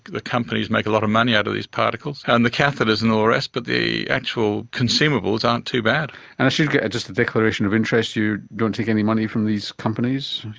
the companies make a lot of money out of these particles, and the catheters and all the rest, but the actual consumables aren't too bad. and i should get just a declaration of interest you don't take any money from these companies?